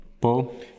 Paul